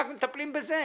רק מטפלים בזה.